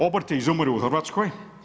Obrti izumiru u Hrvatskoj.